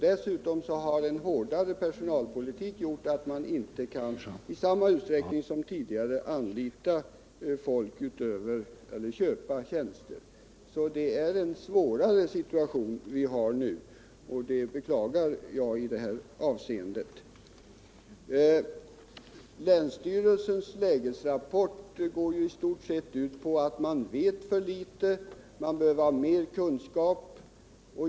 Dessutom har en hårdare personalpolitik gjort att man inte i samma utsträckning som tidigare kan köpa tjänster. Vi har alltså i det här avseendet en svårare situation nu, vilket jag beklagar. Länsstyrelsens lägesrapport går i stort sett ut på att man vet för litet, man behöver mer kunskap.